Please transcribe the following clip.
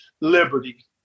Liberty